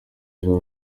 ejo